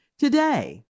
today